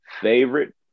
favorite